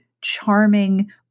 charming